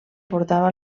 portava